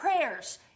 prayers